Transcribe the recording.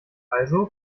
also